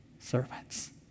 servants